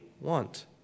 want